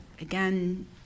again